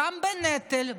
גם בנטל,